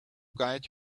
guide